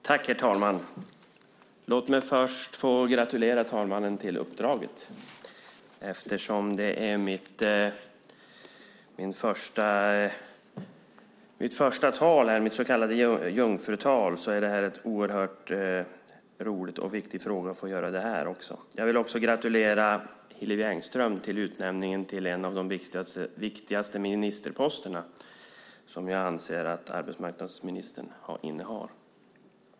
Herr talman! Låt mig först gratulera herr talmannen till uppdraget. Jag gläder mig åt att få hålla mitt första anförande, mitt så kallade jungfrutal, i en så viktig fråga. Jag vill också gratulera Hillevi Engström till utnämningen till en av de viktigaste ministerposterna, vilken jag anser att arbetsmarknadsministern innehar.